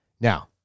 Now